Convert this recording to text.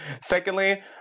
Secondly